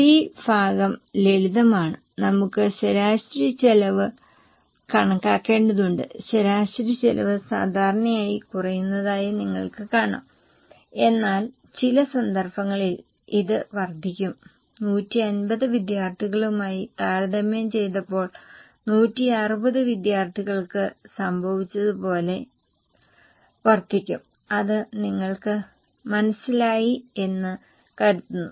C ഭാഗം ലളിതമാണ് നമുക്ക് ശരാശരി ചെലവ് കണക്കാക്കേണ്ടതുണ്ട് ശരാശരി ചെലവ് സാധാരണയായി കുറയുന്നതായി നിങ്ങൾക്ക് കാണാം എന്നാൽ ചില സന്ദർഭങ്ങളിൽ ഇത് വർദ്ധിക്കും 150 വിദ്യാർത്ഥികളുമായി താരതമ്യം ചെയ്തപ്പോൾ 160 വിദ്യാർത്ഥികൾക്ക് സംഭവിച്ചത് പോലെ വർദ്ധിക്കും അത് നിങ്ങൾക്ക് മനസിലായി എന്ന് കരുതുന്നു